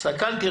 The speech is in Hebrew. הסתכלתי,